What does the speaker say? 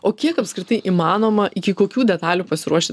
o kiek apskritai įmanoma iki kokių detalių pasiruošti